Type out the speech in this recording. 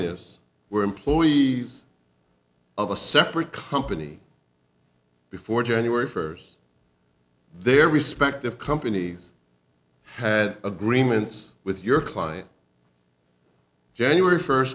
plaintiffs were employee of a separate company before january for their respective companies had agreements with your client january first